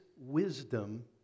wisdom